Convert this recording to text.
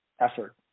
effort